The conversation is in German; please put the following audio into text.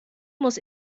muss